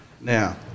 Now